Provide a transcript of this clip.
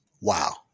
Wow